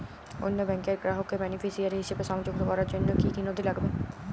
অন্য ব্যাংকের গ্রাহককে বেনিফিসিয়ারি হিসেবে সংযুক্ত করার জন্য কী কী নথি লাগবে?